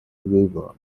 river